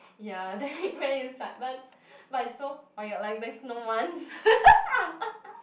ya then when you but it's so or you're like there's no one